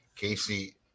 Casey